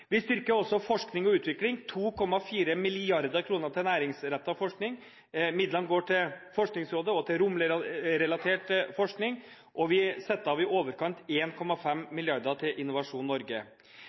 Vi styrker også forskning og utvikling, med 2,4 mrd. kr til næringsrettet forskning. Midlene går til Forskningsrådet og til romrelatert forskning, og vi setter av i overkant